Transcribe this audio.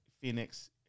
Phoenix